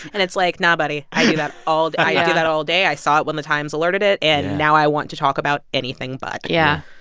and it's, like, no, buddy, i do that all i do that all day. i saw it when the times alerted it, and now i want to talk about anything but yeah.